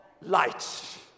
light